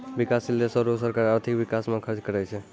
बिकाससील देसो रो सरकार आर्थिक बिकास म खर्च करै छै